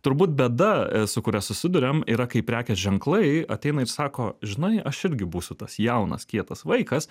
turbūt bėda su kuria susiduriam yra kai prekės ženklai ateina ir sako žinai aš irgi būsiu tas jaunas kietas vaikas